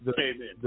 Amen